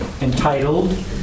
entitled